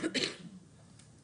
אפשר למחוק.